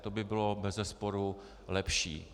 To by bylo bezesporu lepší.